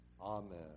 Amen